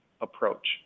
approach